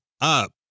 up